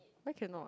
why cannot